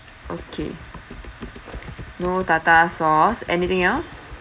okay no tartar sauce anything else